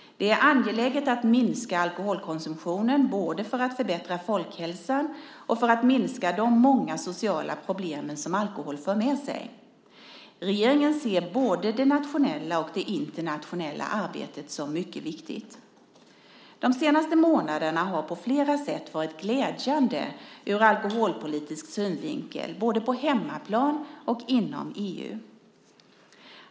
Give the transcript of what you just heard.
Det är angeläget att minska alkoholkonsumtionen både för att förbättra folkhälsan och för att minska de många sociala problem som alkohol för med sig. Regeringen ser både det nationella och det internationella arbetet som mycket viktigt. De senaste månaderna har på flera sätt varit glädjande ur alkoholpolitisk synvinkel, både på hemmaplan och inom EU.